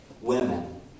women